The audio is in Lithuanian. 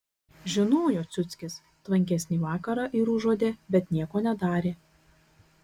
žinojo ciuckis tvankesnį vakarą ir užuodė bet nieko nedarė